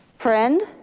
friend.